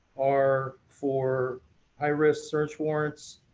are for high risk search warrants,